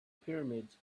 pyramids